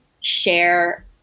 share